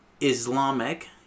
Islamic